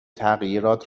تغییرات